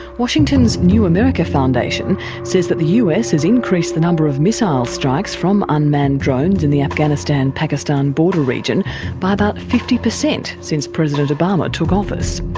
washington's new america foundation says that the us has increased the number of missile strikes from unmanned drones in the afghanistan-pakistan border region by about fifty percent since president obama took office.